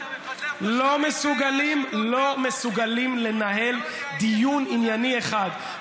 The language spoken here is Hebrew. לא מסוגלים לנהל דיון ענייני אחד,